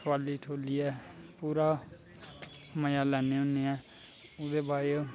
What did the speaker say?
ठुआली ठुलियै पूरा मजा लैने हुने उ'दे बाद च